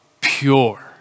pure